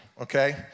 okay